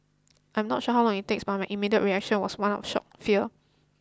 I am not sure how long it takes but my immediate reaction was one of shock fear